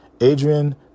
Adrian